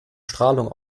strahlung